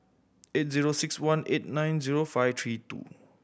eight zero six one eight nine zero five three two